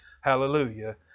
Hallelujah